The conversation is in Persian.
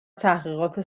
تحقیقات